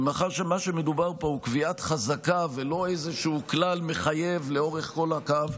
ומאחר שמה שמדובר פה הוא קביעת חזקה ולא איזשהו כלל מחייב לאורך כל הקו,